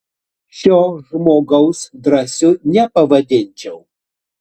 šio žmogaus drąsiu nepavadinčiau